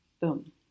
Boom